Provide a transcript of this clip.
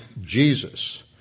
Jesus